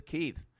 Keith